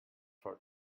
for